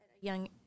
Young